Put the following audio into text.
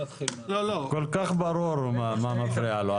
כל כך ברור מה מפריע לו.